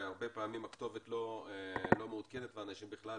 והרבה פעמים הכתובת לא מעודכנת ואנשים בכלל